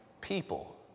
people